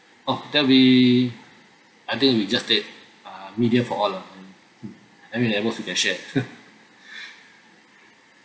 oh that will be I think we just take uh medium for all of them hmm I mean I wish we can share